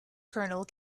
kernel